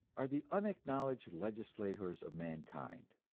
are the unacknowledged legislators of mankind.